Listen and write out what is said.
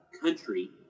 country